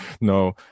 No